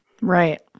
Right